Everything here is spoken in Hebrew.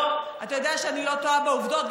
אתה יודע שאני לא טועה בעובדות,